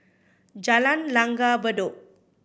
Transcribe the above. Jalan Langgar Bedok